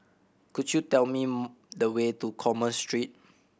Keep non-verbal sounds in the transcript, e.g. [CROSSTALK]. could you tell me [UNINTELLIGIBLE] the way to Commerce Street